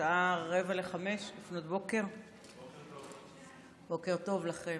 השעה 04:45. בוקר טוב לכם.